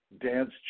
dance